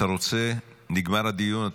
נגמר הדיון,